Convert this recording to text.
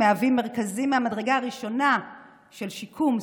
מהווים מרכזים מהמדרגה הראשונה של שיקום,